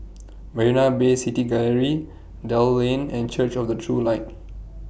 Marina Bay City Gallery Dell Lane and Church of The True Light